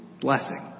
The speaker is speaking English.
blessing